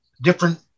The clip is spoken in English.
different